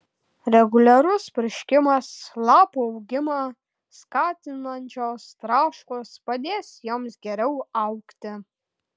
reguliarus purškimas lapų augimą skatinančios trąšos padės joms geriau augti